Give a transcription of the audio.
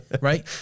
Right